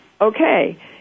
Okay